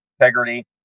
integrity